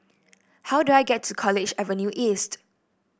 how do I get to College Avenue East